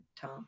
Tom